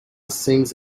sings